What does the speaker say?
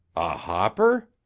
hopper?